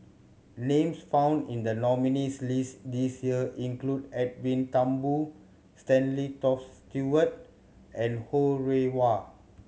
names found in the nominees' list this year include Edwin Thumboo Stanley Toft Stewart and Ho Rih Hwa